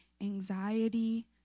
anxiety